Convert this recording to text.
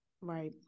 Right